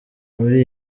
muri